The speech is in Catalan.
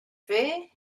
fer